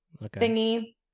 thingy